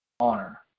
honor